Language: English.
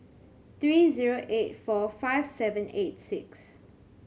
three zero eight four five seven eight six